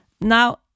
Now